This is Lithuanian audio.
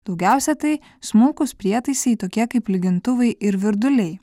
daugiausiai tai smulkūs prietaisai tokie kaip lygintuvai ir virduliai